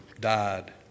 died